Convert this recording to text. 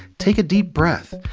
take a deep breath.